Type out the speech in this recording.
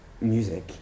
music